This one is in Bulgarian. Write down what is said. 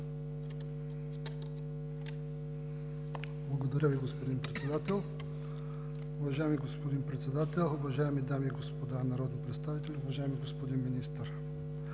Благодаря Ви, господин Председател. Уважаеми господин Председател, уважаеми дами и господа народни представители, уважаеми господа министри,